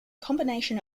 combination